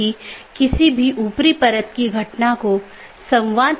यह एक बड़े आईपी नेटवर्क या पूरे इंटरनेट का छोटा हिस्सा है